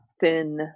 thin